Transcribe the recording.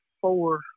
four